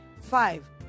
Five